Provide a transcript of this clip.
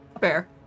Fair